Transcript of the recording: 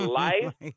life